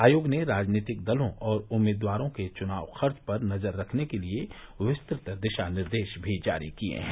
आयोग ने राज़नीतिक दलों और उम्मीदवारों के चुनाव खर्च पर नज़र रखने के लिए विस्तृत दिशा निर्देश भी जारी किये हैं